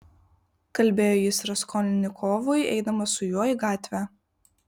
kalbėjo jis raskolnikovui eidamas su juo į gatvę